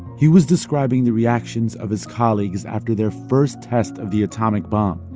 he was describing the reactions of his colleagues after their first test of the atomic bomb.